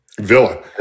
villa